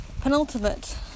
penultimate